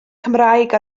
cymraeg